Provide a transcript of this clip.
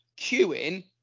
Queuing